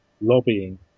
lobbying